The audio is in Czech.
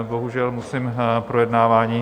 Bohužel musím projednávání...